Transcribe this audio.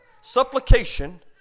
supplication